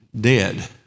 dead